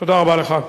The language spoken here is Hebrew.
תודה רבה לך .